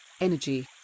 energy